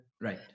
Right